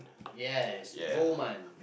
yes poor man